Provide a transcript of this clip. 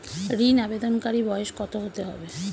ঋন আবেদনকারী বয়স কত হতে হবে?